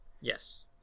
Yes